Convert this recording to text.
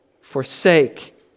forsake